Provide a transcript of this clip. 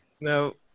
No